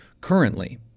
currently